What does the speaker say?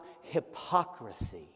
hypocrisy